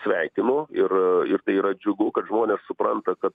sveikinu ir ir tai yra džiugu kad žmonės supranta kad